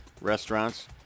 restaurants